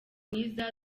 mwiza